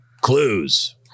clues